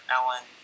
Ellen